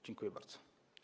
Dziękuję bardzo.